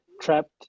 trapped